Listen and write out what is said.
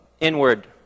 inward